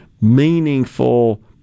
meaningful